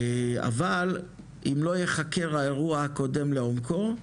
אבל אם לא ייחקר האירוע הקודם לעומקו,